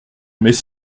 mais